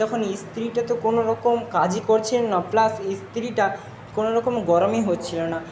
তখন ইস্তিরিটা তো কোনো রকম কাজই করছে না প্লাস ইস্তিরিটা কোনো রকম গরমই হচ্ছিলো না